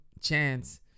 chance